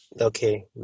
Okay